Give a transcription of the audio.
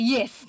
Yes